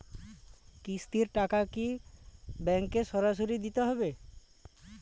কিস্তির টাকা কি ব্যাঙ্কে সরাসরি দিতে হবে?